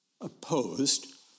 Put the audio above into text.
opposed